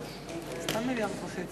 אכיפה.